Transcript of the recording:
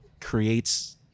creates